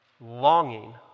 Longing